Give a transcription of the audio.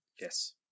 yes